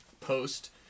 post